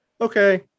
okay